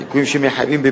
ליקויים שמחייבים,